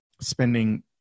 spending